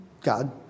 God